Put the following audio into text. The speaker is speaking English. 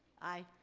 aye.